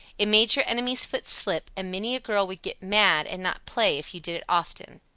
it made your enemy's foot slip, and many a girl would get mad and not play, if you did it often.